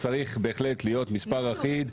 צריך להיות מספר אחיד.